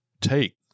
take